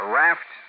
raft